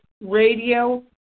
radio